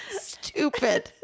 Stupid